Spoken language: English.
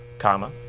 comma,